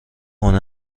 هنر